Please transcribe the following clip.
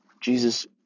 Jesus